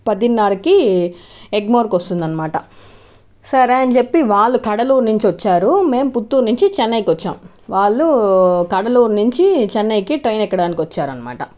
పదిన్నరకి ఎగ్మోర్కి వస్తుందన్నమాట సరే అని చెప్పి వాళ్ళు కడలూరు నుంచి వచ్చారు మేము పుత్తూరు నుంచి చెన్నైకి వచ్చాం వాళ్ళు కడలూరు నుంచి చెన్నైకి ట్రైన్ ఎక్కడానికి వచ్చారన్నమాట